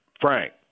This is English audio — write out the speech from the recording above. Frank